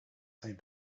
same